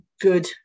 good